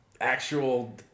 actual